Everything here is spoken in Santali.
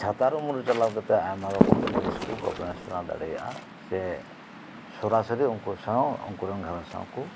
ᱪᱷᱟᱛᱟᱨ ᱩᱢᱩᱞ ᱪᱟᱞᱟᱣ ᱠᱟᱛᱮᱫ ᱟᱭᱢᱟ ᱨᱚᱠᱚᱢ ᱡᱤᱱᱤᱥ ᱠᱚ ᱜᱚᱵᱮᱥᱚᱱᱟ ᱫᱟᱲᱮᱭᱟᱜᱼᱟ ᱥᱮ ᱥᱚᱨᱟ ᱥᱚᱨᱤ ᱩᱱᱠᱩ ᱥᱟᱶ ᱩᱱᱠᱩᱨᱮᱱ ᱜᱷᱟᱨᱚᱧᱡ ᱥᱟᱶ ᱠᱚ